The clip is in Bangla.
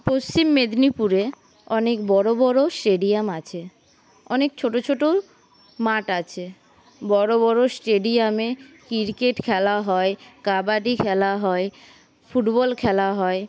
পশ্চিম মেদিনীপুরে অনেক বড় বড় স্টেডিয়াম আছে অনেক ছোট ছোট মাঠ আছে বড় বড় স্টেডিয়ামে ক্রিকেট খেলা হয় কাবাডি খেলা হয় ফুটবল খেলা হয়